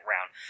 round